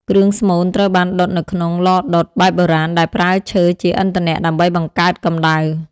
គ្រឿងស្មូនត្រូវបានដុតនៅក្នុង ឡដុត បែបបុរាណដែលប្រើឈើជាឥន្ធនៈដើម្បីបង្កើតកំដៅ។